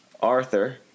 Arthur